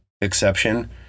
exception